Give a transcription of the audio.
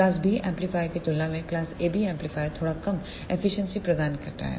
class B amplifier की तुलना में यह क्लास AB एम्पलीफायर थोड़ा कम एफिशिएंसी प्रदान करता है